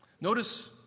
Notice